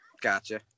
Gotcha